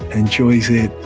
enjoys it,